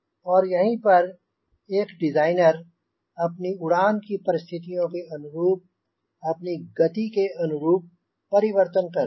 और यहीं पर एक डिज़ाइनर अपनी उड़ान की परिस्थितियों के अनुरूप अपनी गति के अनुरूप परिवर्तन करता है